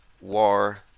War